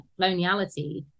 coloniality